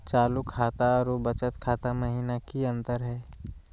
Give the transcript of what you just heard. चालू खाता अरू बचत खाता महिना की अंतर हई?